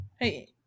hey